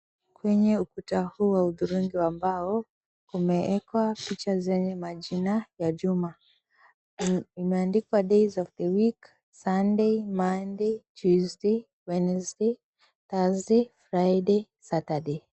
Kwenye ukuta huu wa hudhurungi wa mbao umeekwa picha zenye majina ya juma. Imeandikwa DAYS OF THE WEEK; Sunday, Monday, Tuesday, Wednesday, Thursday, Friday, Saturday .